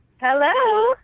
Hello